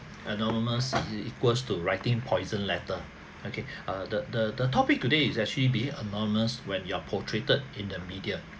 anonymous equals to writing poison letter okay err the the the topic today is actually being anonymous when you are portrayed in the media